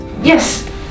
Yes